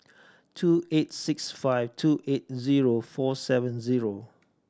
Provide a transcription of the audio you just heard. two eight six five two eight zero four seven zero